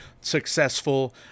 successful